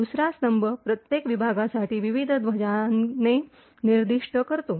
दुसरा स्तंभ प्रत्येक विभागासाठी विविध ध्वजांकने निर्दिष्ट करतो